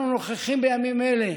אנחנו נוכחים בימים אלה